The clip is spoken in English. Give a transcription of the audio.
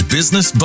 Business